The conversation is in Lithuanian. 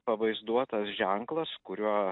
pavaizduotas ženklas kuriuo